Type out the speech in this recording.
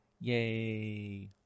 Yay